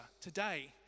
today